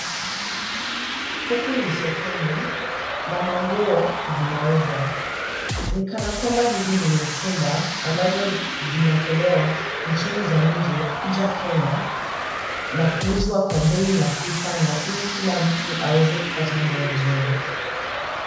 Huku ni sokoni na manguo zinauzwa. Ni kana kwamba hizi ni mitumba ambazo zinatolewa nchini za nje kuja Kenya na kuuzwa kwa bei nafuu sana ili kila mtu aweze kupata nguo nzuri.